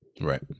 Right